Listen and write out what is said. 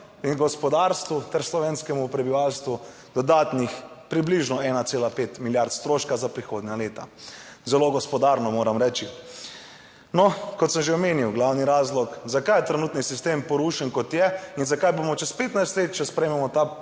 in gospodarstvu ter slovenskemu prebivalstvu dodatnih približno 1,5 milijard stroška za prihodnja leta. Zelo gospodarno, moram reči. No, kot sem že omenil, glavni razlog zakaj je trenutni sistem porušen, kot je in zakaj bomo čez 15 let, če sprejmemo ta